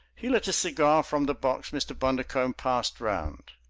he lit a cigar from the box mr. bundercombe passed round.